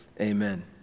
Amen